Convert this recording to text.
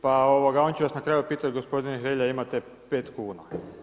Pa oni će vas na kraju pitati, gospodine Hrelja imate 5 kuna.